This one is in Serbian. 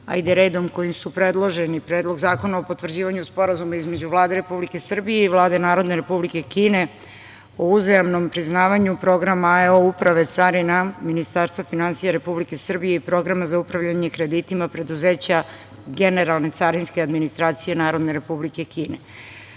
hajde redom kojim su predloženi. Predlog zakona o potvrđivanju Sporazuma između Vlade Republike Srbije i Vlade Narodne Republike Kine o uzajamnom priznavanju Programa AEO Uprave carina Ministarstva finansija Republike Srbije i Programa za Programa za upravljanje kreditima preduzeća Generalne carinske administracije Narodne Republike